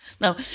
Now